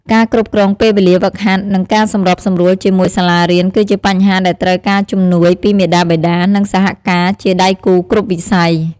ការគ្រប់គ្រងពេលវេលាហ្វឹកហាត់ និងការសម្របសម្រួលជាមួយសាលារៀនគឺជាបញ្ហាដែលត្រូវការជំនួយពីមាតាបិតា និងសហការជាដៃគូគ្រប់វិស័យ។